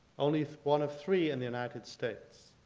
only one of three in the united states.